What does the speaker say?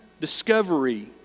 discovery